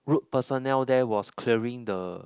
road personnel there was clearing the